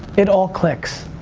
it all clicks.